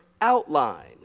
outline